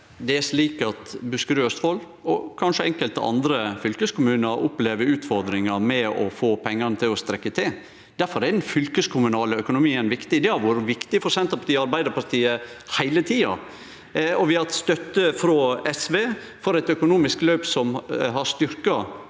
Det er slik at Bus- kerud, Østfold og kanskje enkelte andre fylkeskommunar opplever utfordringar med å få pengane til å strekkje til. Difor er den fylkeskommunale økonomien viktig. Det har vore viktig for Senterpartiet og Arbeidarpartiet heile tida, og vi har hatt støtte frå SV for eit